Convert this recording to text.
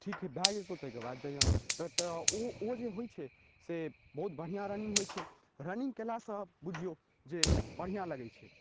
ठीक भए जेतौ तैके बाद जैहा तऽ ओ ओ जे होइ छै से बहुत बढ़िआँ रनिंग होइ छै रनिंग कयलासँ बुझियौ जे बढ़िआँ लगै छै